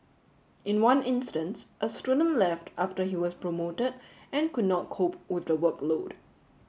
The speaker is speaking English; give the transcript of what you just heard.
in one instance a student left after he was promoted and could not cope with the workload